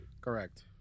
Correct